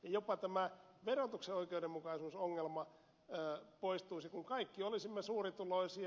jopa tämä verotuksen oikeudenmukaisuusongelma poistuisi kun kaikki olisimme suurituloisia